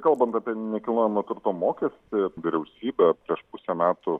kalbant apie nekilnojamo turto mokestį vyriausybė prieš pusę metų